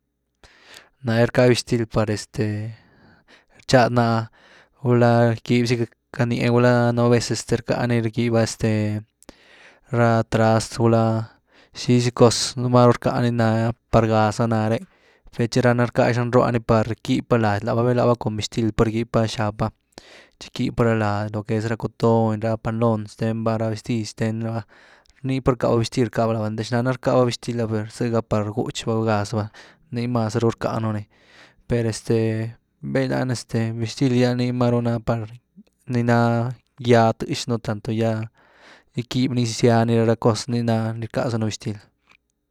Nare rká bixtil par este tchady ná’ah gulá kib zaca nië, gulá nú vez este rcká ni rgýbya este ra trazt gulá xiizy cos, nii máru rckani ni ná par gáhaza nare’, per tchi rána rcká xnan roha ni par kýb bá lady labá, bey lába cun bixtil pa rgýb bá xáb bátchi quib bá ra lady lo que es cutoony, ra panloon xtenba ra vestid xten raba, nii parcka ba bixtil rkába lába, xnana rckaba bixtil’ah per zëga par gúhutx bá gulá gáz ba, nii mas zaru rckánu nii, per este, beylani este bixtil gy ah nii na maru ná par ni naa gýaa tëxnu tanto ya quëby ni gýzya ni ra cos ni ná rckázanu bixtil.